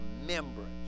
remembrance